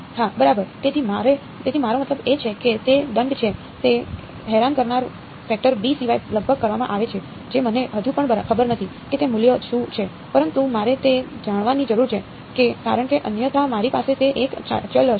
હા બરાબર તેથી મારો મતલબ એ છે કે તે દંડ છે તે હેરાન કરનાર ફેકટર b સિવાય લગભગ કરવામાં આવે છે જે મને હજુ પણ ખબર નથી કે તે મૂલ્ય શું છે પરંતુ મારે તે જાણવાની જરૂર છે કારણ કે અન્યથા મારી પાસે તે એક ચલ હશે